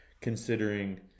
considering